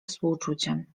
współczuciem